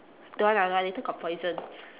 don't want lah lah later got poison